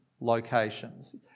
locations